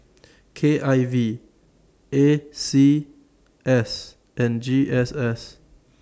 K I V A C S and G S S